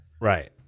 Right